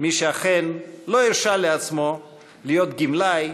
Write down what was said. מי שאכן לא הרשה לעצמו להיות גמלאי,